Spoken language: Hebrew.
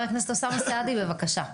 חבר הכנסת אוסאמה סעדי, בבקשה.